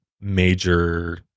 major